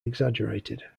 exaggerated